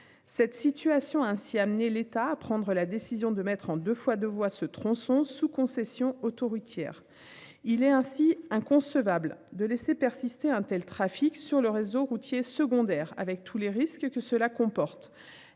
Cette situation ainsi amener l'État à prendre la décision de mettre en 2 fois 2 voies ce tronçon sous-concession autoroutière. Il est ainsi inconcevable de laisser persister un tel trafic sur le réseau routier secondaire avec tous les risques que cela comporte.